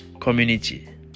community